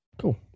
Cool